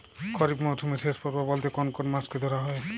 খরিপ মরসুমের শেষ পর্ব বলতে কোন কোন মাস কে ধরা হয়?